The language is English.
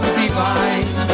divine